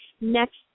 next